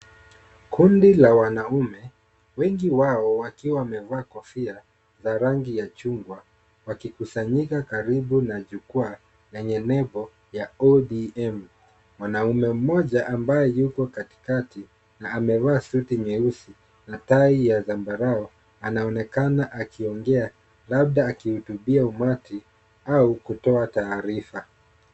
Kundi la wanaume wengi wao wakiwa wamevaa kofia za rangi ya chungwa . Wakikusanyika karibu na jukwaa yenye nembo ya ODM . Mwanaume mmoja ambaye yuko katikati na amevaa suti nyeusi na tai ya zambarau anaonekana akiongea labda akihutubia umati au kutoa taarifa.